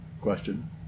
Question